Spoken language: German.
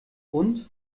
und